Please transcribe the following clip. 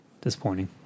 disappointing